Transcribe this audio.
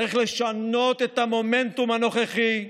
צריך לשנות את המומנטום הנוכחי.